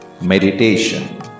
Meditation